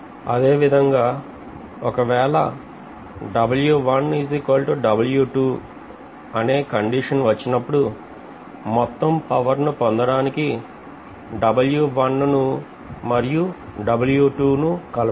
అదేవిదంగా ఒకవేళ అని కండిషన్ వచ్చినప్పుడు మొత్తం పవర్ ను పొందడానికి W1 ను మరియు W2 ను కలపాలి